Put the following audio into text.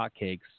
hotcakes